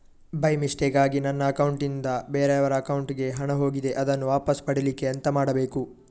By ಮಿಸ್ಟೇಕಾಗಿ ನನ್ನ account ನಿಂದ ಬೇರೆಯವರ ಅಕೌಂಟ್ ಗೆ ಹಣ ಹೋಗಿದೆ ಅದನ್ನು ವಾಪಸ್ ಪಡಿಲಿಕ್ಕೆ ಎಂತ ಮಾಡಬೇಕು?